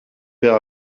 père